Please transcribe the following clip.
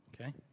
Okay